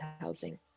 housing